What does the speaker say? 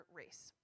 race